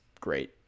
great